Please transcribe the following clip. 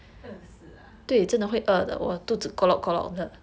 饿死 ah